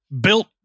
built